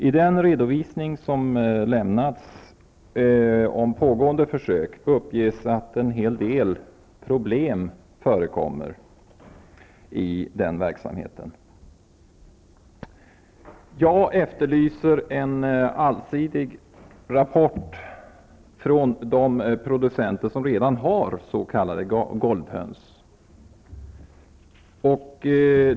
I den redovisning som lämnats om pågående försök uppges att en hel del problem förekommer i verksamheten. Jag efterlyser en allsidig rapport från de producenter som redan har s.k. golvhöns.